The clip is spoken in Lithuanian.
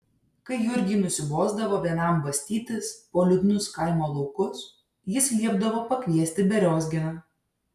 kai jurgiui nusibosdavo vienam bastytis po liūdnus kaimo laukus jis liepdavo pakviesti beriozkiną